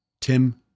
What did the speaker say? Tim